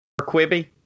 Quibby